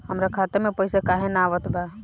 हमरा खाता में पइसा काहे ना आवत बा?